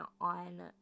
on